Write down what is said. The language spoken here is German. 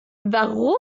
warum